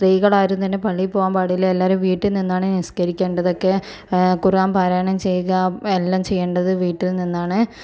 സ്ത്രീകൾ ആരും തന്നെ പള്ളിയിൽ പോകാൻ പാടില്ല എല്ലാവരും വീട്ടിൽ നിന്നാണ് നിസ്കരിക്കേണ്ടത് ഒക്കെ ഖുറാൻ പാരായണം ചെയ്യുക എല്ലാം ചെയ്യേണ്ടത് വീട്ടിൽ നിന്നാണ്